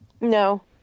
No